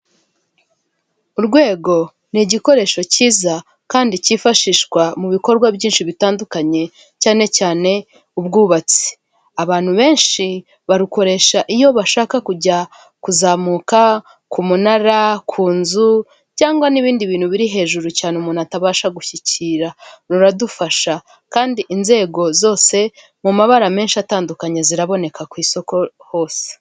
Urwego ni igikoresho cyiza kandi cyifashishwa mu bikorwa byinshi bitandukanye cyane cyane ubwubatsi. Abantu benshi barukoresha iyo bashaka kujya kuzamuka ku munara, ku nzu cyangwa n'ibindi bintu biri hejuru cyane umuntu atabasha gushyikira, ruradufasha kandi inzego zose mu mabara menshi atandukanye ziraboneka ku isoko hose.